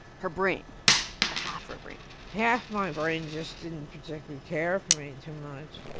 her brain or half her brain half my brain just didn't particularly care for me too much.